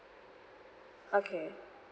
okay